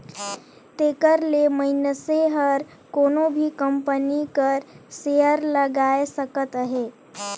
तेकर ले मइनसे हर कोनो भी कंपनी कर सेयर लगाए सकत अहे